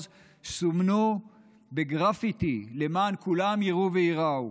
סומנו בגרפיטי למען כולם יראו וייראו.